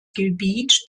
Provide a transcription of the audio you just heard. gebiet